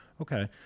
Okay